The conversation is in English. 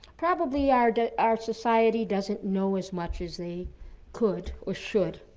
probably our our society doesn't know as much as they could or should.